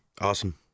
Awesome